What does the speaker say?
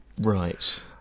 right